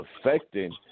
affecting